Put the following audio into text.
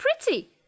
pretty